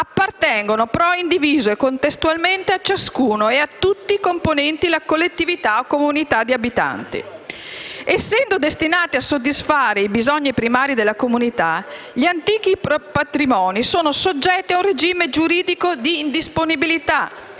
appartengono *pro indiviso* e contestualmente a ciascuno e a tutti i componenti la collettività o comunità di abitanti. Essendo destinati a soddisfare i bisogni primari della comunità, gli antichi patrimoni sono soggetti a un regime giuridico di indisponibilità,